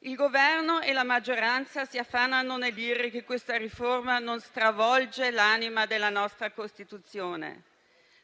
Il Governo e la maggioranza si affannano a dire che questa riforma non stravolge l'anima della nostra Costituzione,